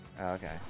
Okay